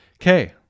okay